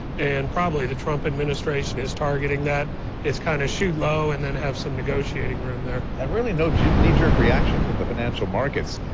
and probably the trump administration is targeting that. it is kind of shoot low and then have some negotiating room there. and really no knee-jerk reaction from the financial markets.